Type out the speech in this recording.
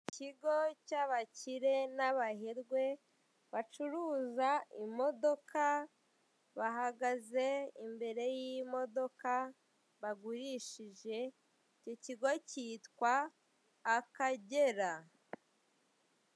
Ikigo cy'abakire n'abaherwe bacuruza imodoka bahagaze imbere y'imodoka bagurishije icyo kigo kitwa Akagera.